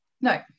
No